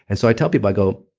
and so i tell people, i go,